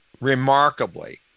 remarkably